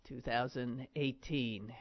2018